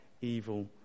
evil